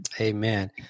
Amen